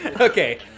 Okay